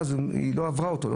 אני לא אותו דבר.